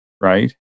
right